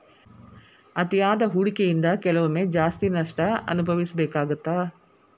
ಅತಿಯಾದ ಹೂಡಕಿಯಿಂದ ಕೆಲವೊಮ್ಮೆ ಜಾಸ್ತಿ ನಷ್ಟ ಅನಭವಿಸಬೇಕಾಗತ್ತಾ